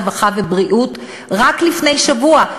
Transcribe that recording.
הרווחה והבריאות רק לפני שבוע,